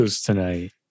tonight